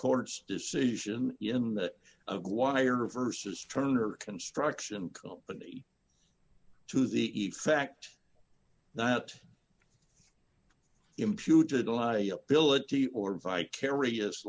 court's decision in that of wire versus turner construction company to the effect that imputed liability or vicarious